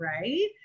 right